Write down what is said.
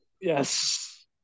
Yes